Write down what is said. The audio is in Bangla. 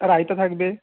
রায়তা থাকবে